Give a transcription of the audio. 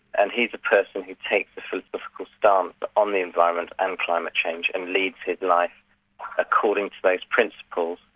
and he's a person who takes a political stance on the environment and climate change, and leads his life according to those principles.